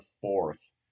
fourth